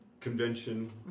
convention